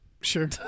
Sure